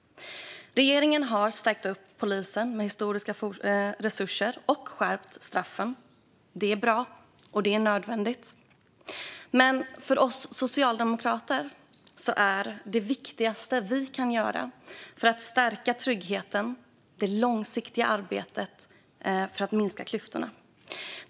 Regeringen har stärkt polisen med historiska resurser och skärpt straffen. Det är bra, och det är nödvändigt. Men för oss socialdemokrater är det viktigaste vi kan göra för att stärka tryggheten det långsiktiga arbetet för att minska klyftorna.